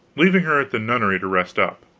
leaving her at the nunnery to rest up.